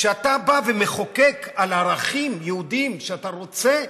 כשאתה בא ומחוקק על ערכים יהודיים שאתה רוצה,